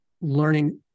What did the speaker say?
learning